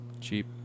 Cheap